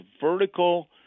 vertical